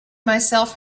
myself